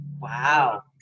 Wow